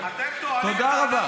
תודה רבה.